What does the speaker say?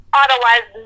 otherwise